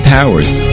Powers